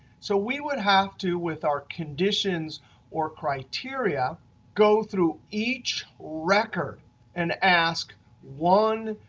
so we would have to with our conditions or criteria go through each record and ask one,